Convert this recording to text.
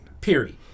period